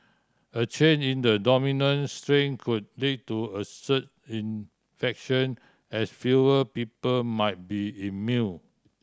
a change in the dominant strain could lead to a surge infection as fewer people might be immune